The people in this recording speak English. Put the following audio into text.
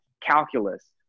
calculus